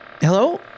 Hello